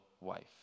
wife